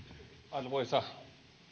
arvoisa